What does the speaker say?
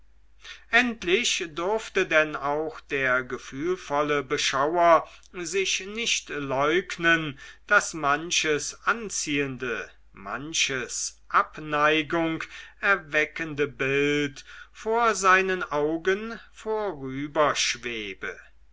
endlich durfte denn auch der gefühlvolle beschauer sich nicht leugnen daß manches anziehende manches abneigung erweckende bild vor seinen augen